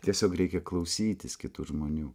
tiesiog reikia klausytis kitų žmonių